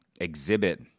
exhibit